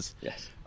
Yes